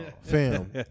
Fam